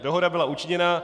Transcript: Dohoda byla učiněna.